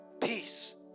peace